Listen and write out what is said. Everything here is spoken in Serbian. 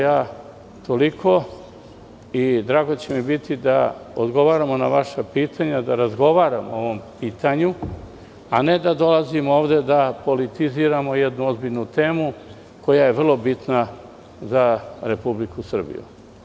Ja toliko, drago će mi biti da odgovaram na vaša pitanja, da razgovaram o ovom pitanju, a ne da dolazim ovde i da politiziramo jednu ozbiljnu temu koja je vrlo bitna za Republiku Srbiju.